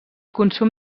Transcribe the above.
consum